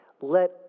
Let